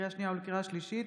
לקריאה שנייה ולקריאה שלישית,